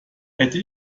hätte